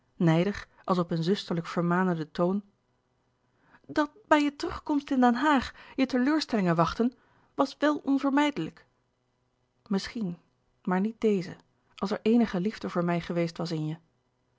nijdig als op een zusterlijk vermanenden toon dat bij je terugkomst in den haag je teleurstellingen wachtten was wèl onvermijdelijk misschien maar niet deze als er eenige liefde voor mij geweest was in je